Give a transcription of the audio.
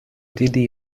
دیدی